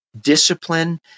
discipline